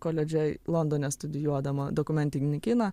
koledže londone studijuodama dokumentinį kiną